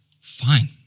fine